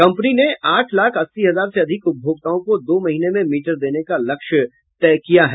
company ने आठ लाख अस्सी हजार से अधिक उपभोक्ताओं को दो महीने में मीटर देने का लक्ष्य तय किया है